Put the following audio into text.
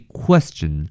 ，question